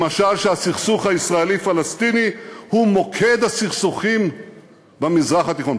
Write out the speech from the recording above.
למשל שהסכסוך הישראלי פלסטיני הוא מוקד הסכסוכים במזרח התיכון.